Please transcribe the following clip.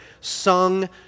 sung